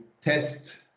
test